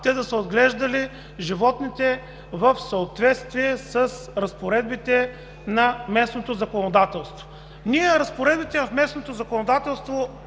те да са отглеждали животните в съответствие с разпоредбите на местното законодателство. Ние разпоредбите в местното законодателство